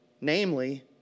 namely